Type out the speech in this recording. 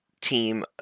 team